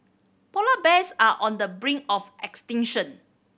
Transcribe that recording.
polar bears are on the brink of extinction